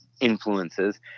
influences